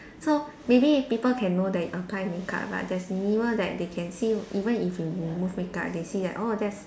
so maybe if people can know that you apply makeup right there's minimal that they can see even if you remove makeup they see like orh that's